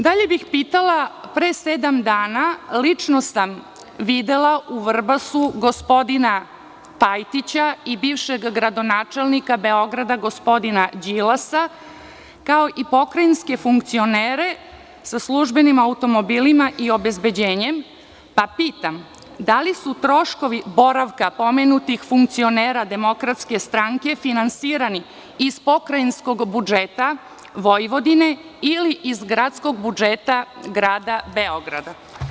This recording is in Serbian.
Dalje bih pitala, pre sedam dana lično sam videla u Vrbasu gospodina Pajtića i bivšeg gradonačelnika Beograda, gospodina Đilasa, kao i pokrajinske funkcionere sa službenim automobilima i obezbeđenjem, pa pitam - da li su troškovi boravka pomenutih funkcionera DS finansirani iz pokrajinskog budžeta Vojvodine ili iz gradskog budžeta Grada Beograda?